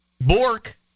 Bork